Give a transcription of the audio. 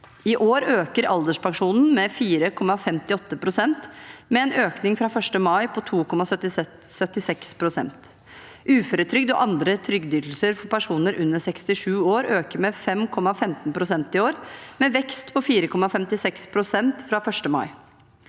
I år øker alderspensjonen med 4,58 pst., med en økning fra 1. mai på 2,76 pst. Uføretrygd og andre trygdeytelser til personer under 67 år øker med 5,15 pst. i år, med en vekst på 4,56 pst. fra 1. mai.